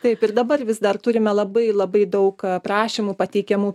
taip ir dabar vis dar turime labai labai daug a prašymų pateikiamų